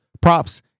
props